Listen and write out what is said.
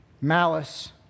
Malice